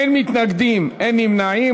אין מתנגדים, אין נמנעים.